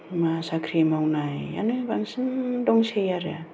मा साख्रि मावनायानो बांसिन दंसै आरो